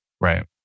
Right